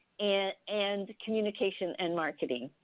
and and communication and marketing.